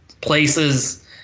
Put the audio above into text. places